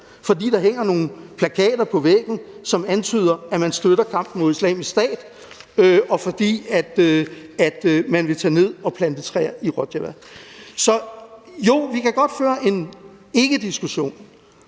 fordi der hænger nogle plakater på væggen, som antyder, at man støtter kampen mod Islamisk Stat, og fordi man vil tage ned og plante træer i Rojava. Så jo, vi kan godt føre en ikkediskussion,